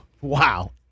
Wow